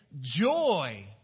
joy